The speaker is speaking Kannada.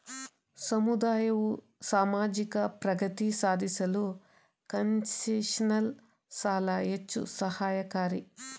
ಸಮುದಾಯವು ಸಾಮಾಜಿಕ ಪ್ರಗತಿ ಸಾಧಿಸಲು ಕನ್ಸೆಷನಲ್ ಸಾಲ ಹೆಚ್ಚು ಸಹಾಯಕಾರಿ